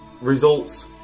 results